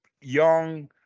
young